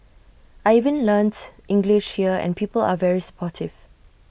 I even learnt English here and people are very supportive